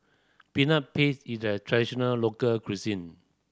Peanut Paste is a traditional local cuisine